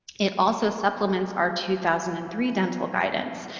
it also supplements our two thousand and three dental guidance.